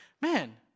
man